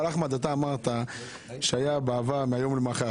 אבל אחמד, אתה אמרת שהיה בעבר מהיום למחר.